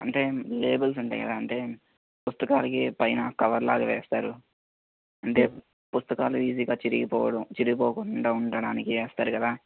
అంటే లేబుల్స్ ఉంటాయి కదా అంటే పుస్తకాలికి పైన కవర్లా వేస్తారు అంటే పుస్తకాలూ ఈజీగా చిరిగిపోవడం చిరిగిపోకుండా ఉండడానికి వేస్తారు కదా